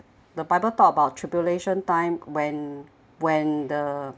the bible talk about tribulation time when when the